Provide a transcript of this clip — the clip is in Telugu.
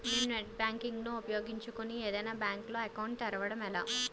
నేను నెట్ బ్యాంకింగ్ ను ఉపయోగించుకుని ఏదైనా బ్యాంక్ లో అకౌంట్ తెరవడం ఎలా?